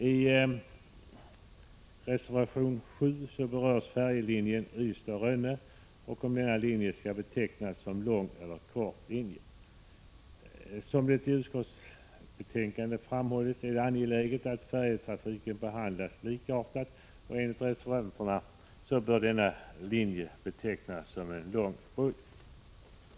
I reservation 7 berörs frågan om färjelinjen Ystad-Rönne och om denna linje skall betraktas som lång eller kort linje. Som det i utskottsbetänkandet framhållits är det angeläget att färjetrafiken behandlas likartat, och enligt reservanternas bedömning så bör denna linje betecknas som lång rutt.